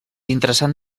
interessant